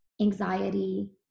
anxiety